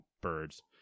birds